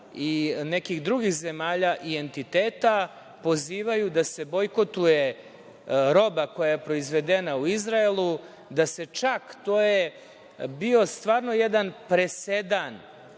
i nekih drugih zemalja i entiteta, pozivaju da se bojkotuje roba koja je proizvedena u Izraelu, da se čak, to je bio stvarno jedan presedan